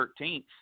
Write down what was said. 13th